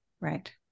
right